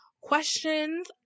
questions